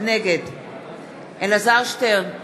נגד אלעזר שטרן,